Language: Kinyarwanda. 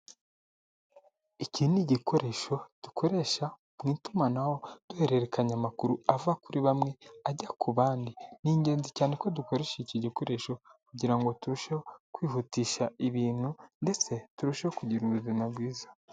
Iki ni igikoresho dukoresha mu itumanaho duhererekanya amakuru ava kuri bamwe ajya ku bandi, ni ingenzi cyane ko dukoresha iki gikoresho kugirango ngo turusheho kwihutisha ibintu ndetse turusheho kugira ubuzima bwiza.